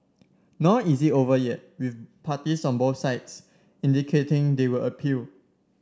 nor is it over yet with parties on both sides indicating they will appeal